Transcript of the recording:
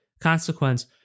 consequence